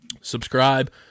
subscribe